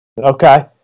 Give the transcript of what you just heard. Okay